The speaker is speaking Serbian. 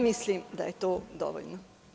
Mislim da je to dovoljno.